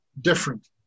different